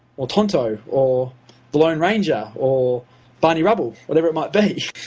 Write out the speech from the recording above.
or tonto, or the lone ranger, or barney rubble, whatever it might be.